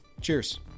Cheers